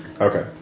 Okay